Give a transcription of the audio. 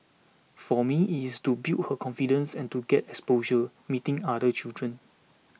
for me it's to build her confidence and to get exposure meeting other children